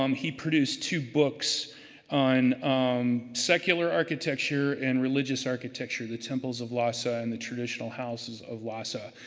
um he produced two books on um secular architecture and religious architecture, the temples of lhasa and the traditional houses of lhasa,